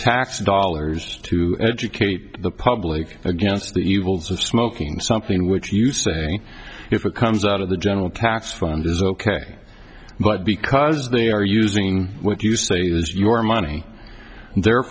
tax dollars to educate the public against the evils of smoking something which you saying if it comes out of the general tax fund is ok but because they are using what you say is your money